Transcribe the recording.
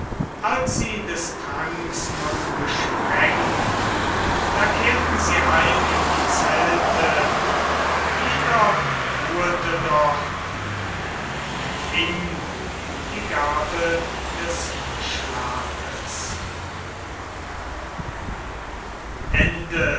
als sie des tranks nun gesprengt da kehrten sie heim in die zelte jeder ruhete dort und empfing die gabe des schlafes